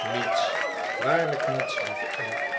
niets waarlijk niets lieve eve